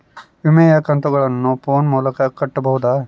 ವಿಮೆಯ ಕಂತುಗಳನ್ನ ಫೋನ್ ಮೂಲಕ ಕಟ್ಟಬಹುದಾ?